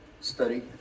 study